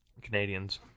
Canadians